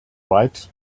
right